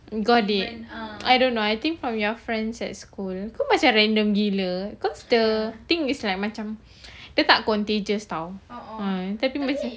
got it I don't know I think from your friends at school cause macam random gila cause the thing is like macam dia tak contagious [tau] ya